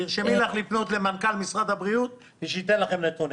תרשמי לך לפנות למנכ"ל משרד הבריאות ושייתן לכם נתונים.